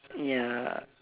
ya